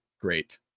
great